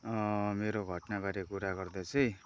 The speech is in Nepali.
मेरो घटनाबारे कुरा गर्दा चाहिँ